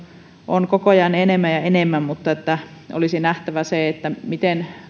on koko ajan enemmän ja enemmän mutta olisi nähtävä se miten